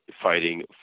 fighting